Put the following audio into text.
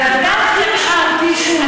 ואת יודעת את זה,